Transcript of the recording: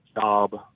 job